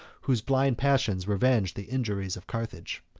whose blind passions revenged the injuries of carthage.